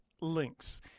links